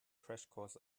crashkurs